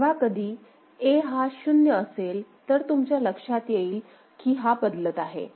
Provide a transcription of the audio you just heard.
जेव्हा कधी A हा शून्य असेल तर तुमच्या लक्षात येईल की हा बदलत आहे